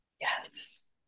Yes